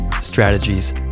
strategies